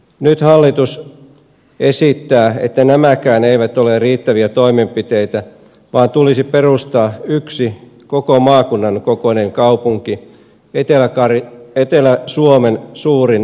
nyt hallitus esittää että nämäkään eivät ole riittäviä toimenpiteitä vaan tulisi perustaa yksi koko maakunnan kokoinen kaupunki etelä suomen suurin kaupunki